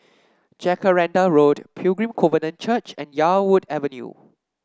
Jacaranda Road Pilgrim Covenant Church and Yarwood Avenue